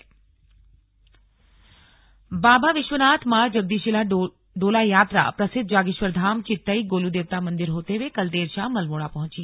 slug Jagdishila डोली बाबा विश्वनाथ मां जगदीशिला डोला यात्रा प्रसिद्ध जागेश्वर धाम चितई गोलू देवता मंदिर होते हुए कल देर शाम अल्मोड़ा पहुंची